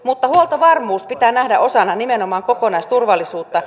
mutta huoltovarmuus pitää nähdä osana nimenomaan kokonaisturvallisuutta